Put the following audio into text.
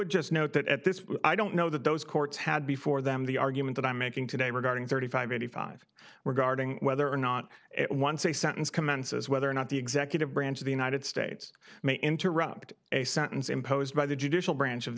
just note that at this i don't know that those courts had before them the argument that i'm making today regarding thirty five eighty five were guarding whether or not it once a sentence commences whether or not the executive branch of the united states may interrupt a sentence imposed by the judicial branch of the